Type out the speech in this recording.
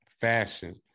fashion